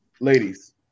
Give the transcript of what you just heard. Ladies